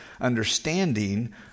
understanding